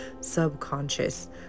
subconscious